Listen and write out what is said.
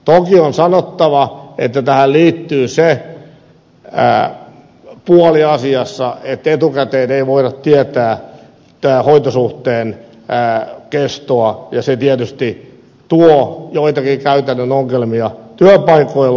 toki on sanottava että tähän liittyy se puoli asiassa että etukäteen ei voida tietää hoitosuhteen kestoa ja se tietysti tuo joitakin käytännön ongelmia työpaikoilla